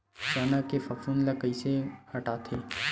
चना के फफूंद ल कइसे हटाथे?